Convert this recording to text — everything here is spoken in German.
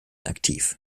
aktiv